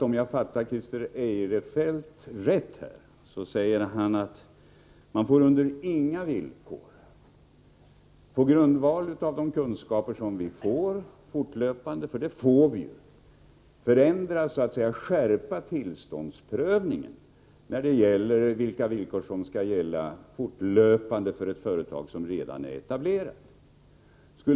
Om jag förstår Christer Eirefelt rätt, menar han att man under inga villkor — på grundval av de kunskaper som ju fortlöpande förvärvas — får förändra eller skärpa de villkor för tillstånds givningen som fortlöpande skall gälla för ett redan etablerat företag.